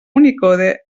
unicode